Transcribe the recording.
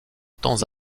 temps